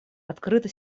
открыто